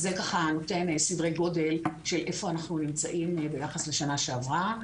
זה נותן סדרי גודל איפה אנחנו נמצאים ביחס לשנה שעברה.